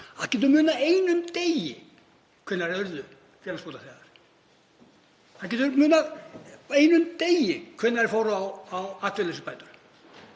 Það getur munað einum degi hvenær þeir urðu félagsbótaþegar. Það getur munað einum degi hvenær þeir fóru á atvinnuleysisbætur.